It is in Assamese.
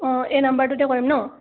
অঁ এই নাম্বাৰটোতে কৰিম ন